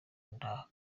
nta